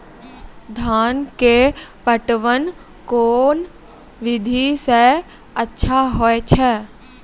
धान के पटवन कोन विधि सै अच्छा होय छै?